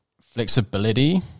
flexibility